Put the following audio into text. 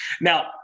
Now